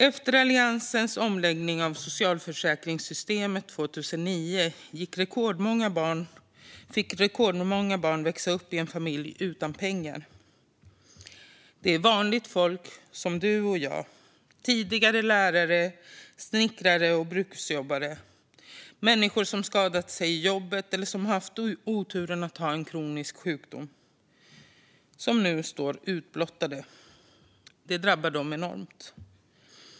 Efter Alliansens omläggning av socialförsäkringssystemen 2009 får rekordmånga barn växa upp i en familj utan pengar. Det är vanligt folk som du och jag. Det är tidigare lärare, snickare och bruksjobbare, människor som har skadat sig i jobbet eller som har haft oturen att få en kronisk sjukdom, som nu står utblottade. Det drabbar dem enormt hårt.